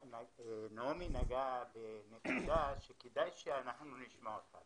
נעמי נגעה בנקודה שכדאי שאנחנו נשמע אותה.